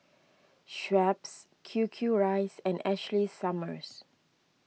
Schweppes Q Q Rice and Ashley Summers